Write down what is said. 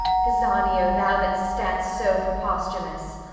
pisanio, thou that stand'st so for posthumus!